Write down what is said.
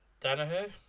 Danaher